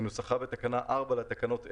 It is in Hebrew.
כנוסחה בתקנה 4 לתקנות אלה,